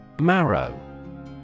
Marrow